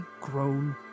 grown